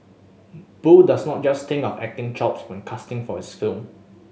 Boo does not just think of acting chops when casting for his film